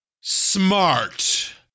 smart